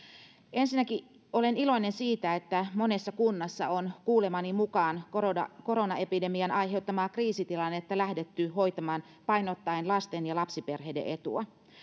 ensinnäkin olen iloinen siitä että monessa kunnassa on kuulemani mukaan koronaepidemian aiheuttamaa kriisitilannetta lähdetty hoitamaan painottaen lasten ja lapsiperheiden etua